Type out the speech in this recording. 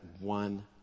one